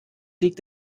liegt